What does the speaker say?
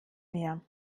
mir